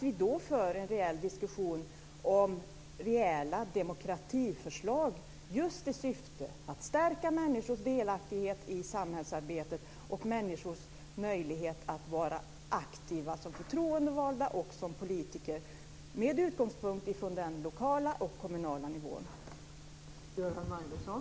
Syftet ska då vara att stärka människors delaktighet i samhällsarbetet och människors möjlighet att vara aktiva som förtroendevalda och som politiker med utgångspunkt i den lokala och kommunala nivån.